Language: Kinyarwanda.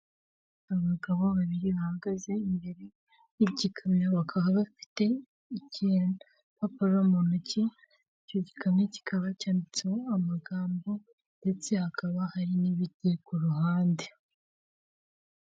Abagabo babiri bahagaze imbere y'igikamyo, bakaba bafite ikipapuro mu ntoki, icyo gikayo kikaba cyanditseho amagambo ndetse hakaba hari n'ibiti ku ruhande.